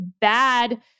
bad